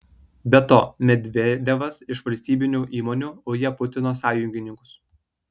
be to medvedevas iš valstybinių įmonių uja putino sąjungininkus